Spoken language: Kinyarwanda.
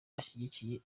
ashyigikiye